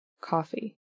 Coffee